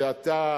שאתה,